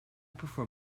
prefer